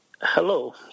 Hello